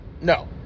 no